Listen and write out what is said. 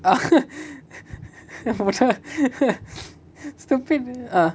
stupid ah